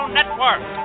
Network